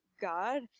God